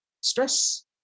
stress